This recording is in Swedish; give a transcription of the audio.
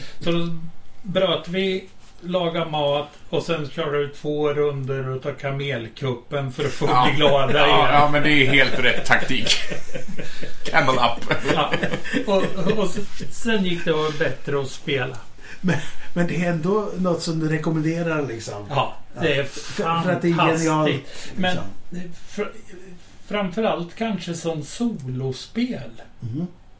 Så då bröt vi, laga mat, och sen körde vi två runder utav kamelkuppen för att få bli Ja. glada Ja, igen. ja, men det är helt rätt taktik. Camel Up. Ja. Och- och s- sen gick det bättre att spela. Men- men det är ändå något som du rekommenderar, liksom. Ja, det Ja. är För- för att det är genialt, fantastiskt. liksom. Men fr- framförallt kanske som solospel. Mhm.